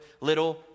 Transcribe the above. little